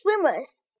swimmers